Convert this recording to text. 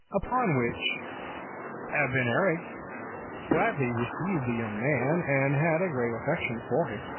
upon which abennerig gladly received the young man, and had a great affection for him,